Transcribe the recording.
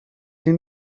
این